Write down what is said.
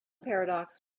paradox